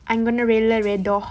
I'm gonna rela redha